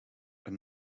een